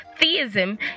theism